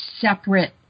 separate